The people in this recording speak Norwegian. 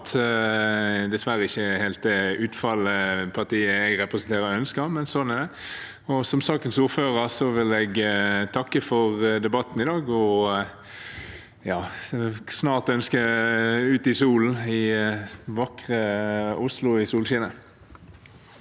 dessverre ikke helt det utfallet som partiet jeg representerer, ønsker. Men slik er det. Som sakens ordfører vil jeg takke for debatten i dag og ønske folk god tur ut i vakre Oslo i solskinnet.